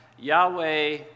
Yahweh